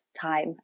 time